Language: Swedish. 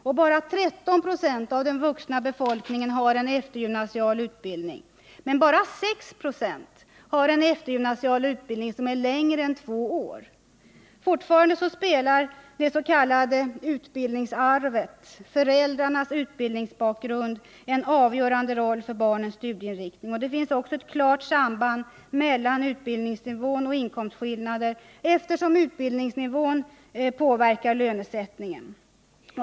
Bara 13 96 av den vuxna befolkningen har eftergymnasial utbildning, och bara 6 96 av dessa har en eftergymnasial utbildning som är längre än två år. Fortfarande spelar det s.k. utbildningsarvet, dvs. föräldrarnas utbildningsbakgrund, en avgörande roll för barnens studieinriktning. Det finns också ett klart samband mellan utbildningsnivån och inkomstskillnaderna, eftersom utbildningsnivån påverkar lönesättningen.